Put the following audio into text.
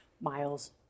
Miles